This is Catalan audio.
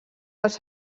als